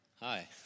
Hi